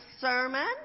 sermon